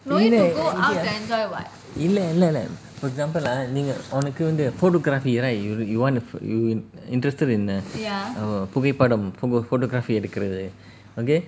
இல்ல இல்ல இல்ல:illa illa illa for example ah நீங்க உனக்கு வந்து:neenga unaku vanthu photography right y~ you want to ph~ you you interested in err புகைப்படம்:pugaipadam photography எடுக்குறது:edukurathu okay